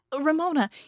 Ramona